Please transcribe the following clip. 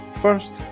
First